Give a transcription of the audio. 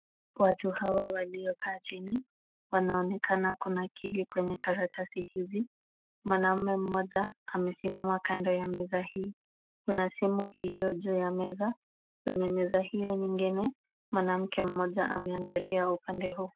Watu hawa waliokaa chini wanaonekana kunakili kwenye karatasi hizi. Mwanaume mmoja amesimama kando ya meza hii kuna simu iliyo juu ya meza kwenye meza hiyo nyingine mwanamke ameangalia upande huu.